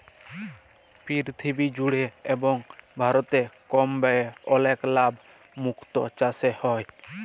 পীরথিবী জুড়ে এবং ভারতে কম ব্যয়ে অলেক লাভ মুক্ত চাসে হ্যয়ে